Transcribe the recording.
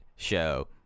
Show